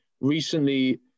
recently